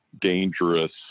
dangerous